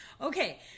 Okay